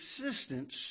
consistent